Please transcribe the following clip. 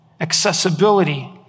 accessibility